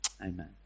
Amen